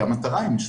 כי המטרה היא משותפת.